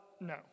no